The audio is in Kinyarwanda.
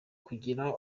kugira